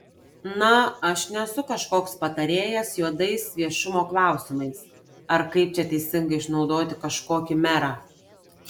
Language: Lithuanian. na aš nesu kažkoks patarėjas juodais viešumo klausimais ar kaip čia teisingai išnaudoti kažkokį merą